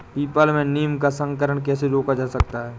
People में नीम का संकरण कैसे रोका जा सकता है?